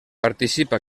participa